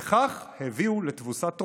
וכך הביאו לתבוסת טרויה.